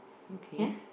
okay